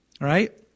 right